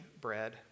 bread